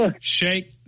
shake